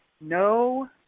no